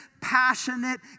passionate